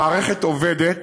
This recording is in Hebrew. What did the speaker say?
המערכת עובדת.